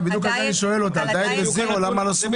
אני שואל על דיאט וזירו, למה זה לא סומן.